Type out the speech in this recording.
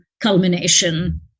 culmination